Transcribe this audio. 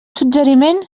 suggeriment